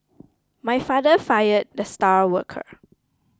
my father fired the star worker